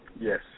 Yes